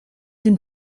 den